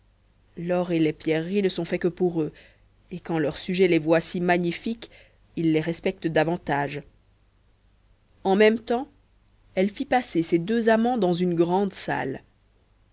l'or et les pierreries ne sont faits que pour eux et quand leurs sujets les voient si magnifiques ils les respectent davantage en même temps elle fit passer ses deux amants dans une grande salle